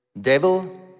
Devil